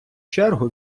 чергу